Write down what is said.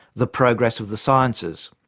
the progress of the sciences.